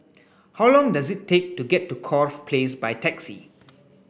how long does it take to get to Corfe Place by taxi